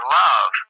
love